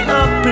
up